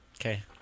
Okay